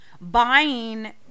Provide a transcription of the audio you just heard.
buying